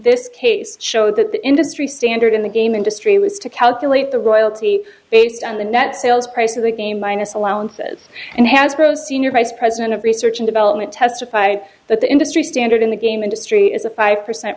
this case show that the industry standard in the game industry was to calculate the royalty based on the net sales price of the game minus allowances and hasbro senior vice president of research and development testified that the industry standard in the game industry is a five percent